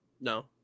No